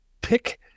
pick